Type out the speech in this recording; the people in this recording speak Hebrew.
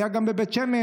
זה היה גם בבית שמש,